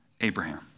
Abraham